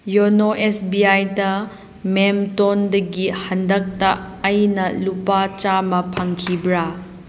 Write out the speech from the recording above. YONO S B ꯑꯥꯏꯗ ꯃꯦꯝꯇꯣꯟꯗꯒꯤ ꯍꯟꯗꯛꯇ ꯑꯩꯅ ꯂꯨꯄꯥ ꯆꯥꯝꯃ ꯐꯪꯈꯤꯕ꯭ꯔꯥ